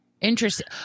Interesting